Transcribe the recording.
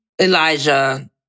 Elijah